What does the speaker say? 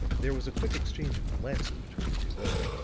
there was a quick exchange of glances between the two women,